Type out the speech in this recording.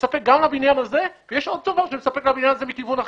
שמספק גם לבניין הזה ויש עוד צובר שמספק לבניין הזה מכיוון אחר.